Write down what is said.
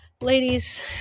Ladies